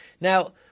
Now